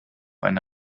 eine